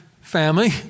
family